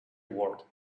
ward